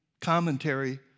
commentary